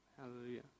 Hallelujah